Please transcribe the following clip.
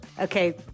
Okay